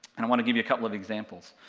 and i want to give you a couple of examples.